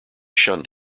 shunned